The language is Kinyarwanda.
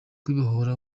kwibohora